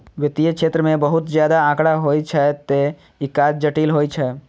वित्तीय क्षेत्र मे बहुत ज्यादा आंकड़ा होइ छै, तें ई काज जटिल होइ छै